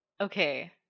okay